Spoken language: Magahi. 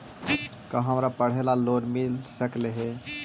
का हमरा पढ़े ल लोन मिल सकले हे?